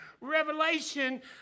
revelation